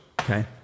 Okay